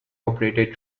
operated